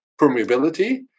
permeability